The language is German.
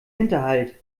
hinterhalt